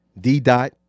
D-Dot